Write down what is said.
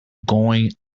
going